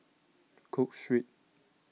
Cook Street